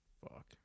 Fuck